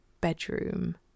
bedroom